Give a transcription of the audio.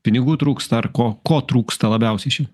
pinigų trūksta ar ko ko trūksta labiausiai šiai